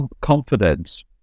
confidence